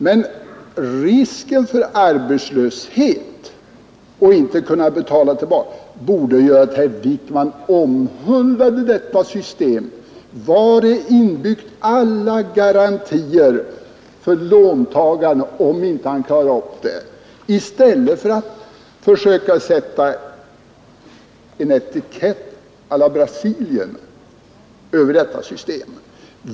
Men risken för att på grund av arbetslöshet inte kunna betala tillbaka borde då göra att herr Wijkman omhuldade detta system, vari är inbyggt alla garantier för låntagaren om han inte klarar av sitt lån, i stället för att försöka sätta en etikett å la Brasilien över detta system.